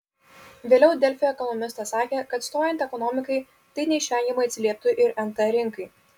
vėliau delfi ekonomistas sakė kad stojant ekonomikai tai neišvengiamai atsilieptų ir nt rinkai